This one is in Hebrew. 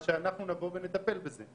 עד שאנחנו נבוא ונטפל בזה.